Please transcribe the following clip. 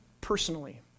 personally